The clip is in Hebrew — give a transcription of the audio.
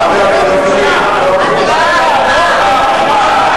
תודה רבה.